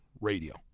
radio